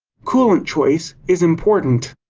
coolant choice is important.